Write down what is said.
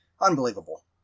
Unbelievable